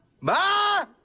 Ma